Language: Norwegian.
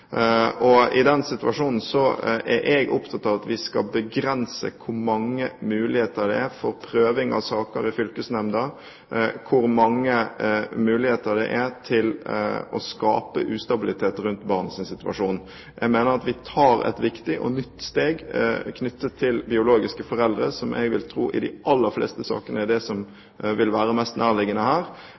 og stabilitet rundt barnets situasjon. I den situasjonen er jeg opptatt av at vi skal begrense hvor mange muligheter det er for prøving av saker i fylkesnemnda, og hvor mange muligheter det er til å skape ustabilitet rundt barnets situasjon. Jeg mener at vi tar et viktig og nytt steg knyttet til biologiske foreldre, som jeg vil tro i de aller fleste sakene er det som vil være mest nærliggende her.